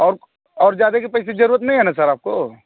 और और ज़्यादा की पैसे की ज़रूरत नहीं है ना सर आपको